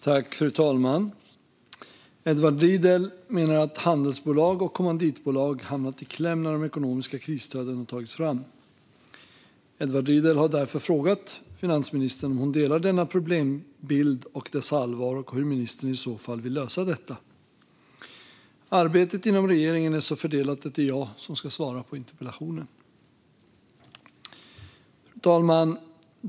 Fru talman! Edward Riedl menar att handelsbolag och kommanditbolag hamnat i kläm när de ekonomiska krisstöden har tagits fram. Edward Riedl har därför frågat finansministern om hon delar denna problembild och dess allvar, och hur ministern i så fall vill lösa detta. Arbetet inom regeringen är så fördelat att det är jag som ska svara på interpellationen. Fru talman!